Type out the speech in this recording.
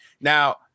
Now –